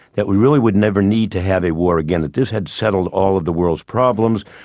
that we really would never need to have a war again that this had settled all of the world's problems,